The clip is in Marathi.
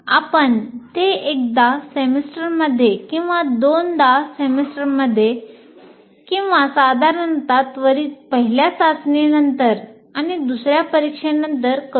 आपण ते सेमेस्टरमध्ये एकदा किंवा सेमेस्टरमध्ये दोनदा किंवा साधारणत त्वरित पहिल्या चाचणीनंतर आणि दुसर्या परीक्षेनंतर करू शकता